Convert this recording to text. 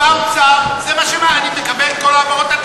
באוצר זה מה, אני מקבל את כל ההעברות התקציביות.